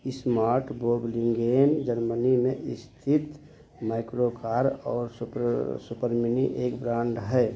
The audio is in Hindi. ईस्मार्ट बोगलिं गेन जर्मनी में स्थित माइक्रोकार और सुप्र सुपरमिनी का एक ब्रांड है